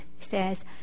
says